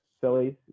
Phillies